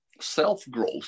self-growth